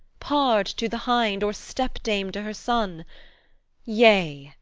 pard to the hind, or stepdame to her son' yea,